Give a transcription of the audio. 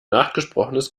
nachgesprochenes